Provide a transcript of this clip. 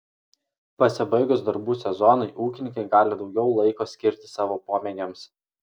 pasibaigus darbų sezonui ūkininkai gali daugiau laiko skirti savo pomėgiams